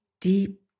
deep